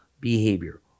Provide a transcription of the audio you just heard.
behavior